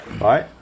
right